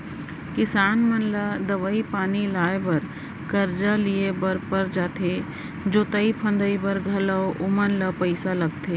किसान मन ला दवई पानी लाए बर करजा लिए बर पर जाथे जोतई फंदई बर घलौ ओमन ल पइसा लगथे